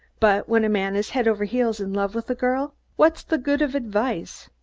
but when a man is head-over-heels in love with a girl, what's the good of advice?